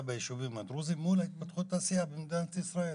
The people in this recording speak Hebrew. בישובים הדרוזיים מול התפתחות תעשייה במדינת ישראל.